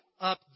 up